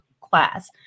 class